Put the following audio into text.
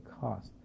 cost